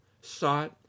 sought